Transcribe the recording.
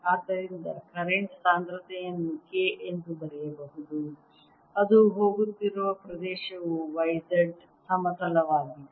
ಆದ್ದರಿಂದ ಕರೆಂಟ್ ಸಾಂದ್ರತೆಯನ್ನು K ಎಂದು ಬರೆಯಬಹುದು ಅದು ಹೋಗುತ್ತಿರುವ ಪ್ರದೇಶವು Y Z ಸಮತಲವಾಗಿದೆ